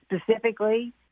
specifically